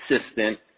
assistant